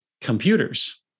computers